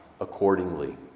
accordingly